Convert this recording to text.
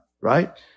right